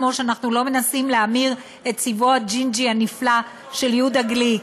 כמו שאנחנו לא מנסים להמיר את צבעו הג'ינג'י הנפלא של יהודה גליק.